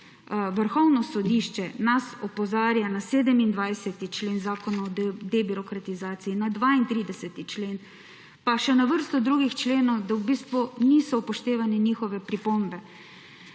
Vrhovno sodišče nas opozarja na 27. člen zakona o debirokratizaciji, na 32. člen, pa še na vrsto drugih členov, da v bistvu niso upoštevane njihove pripombe.